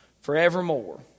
forevermore